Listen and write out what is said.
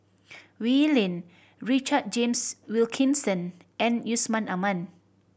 Wee Lin Richard James Wilkinson and Yusman Aman